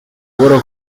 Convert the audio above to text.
guhora